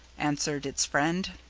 answered its friend.